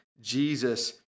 Jesus